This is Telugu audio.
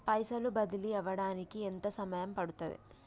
పైసలు బదిలీ అవడానికి ఎంత సమయం పడుతది?